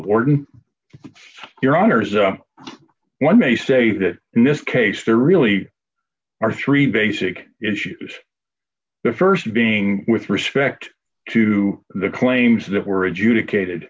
warden your honour's one may say that in this case there really are three basic issues the st being with respect to the claims that were adjudicated